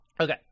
Okay